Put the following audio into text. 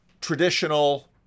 traditional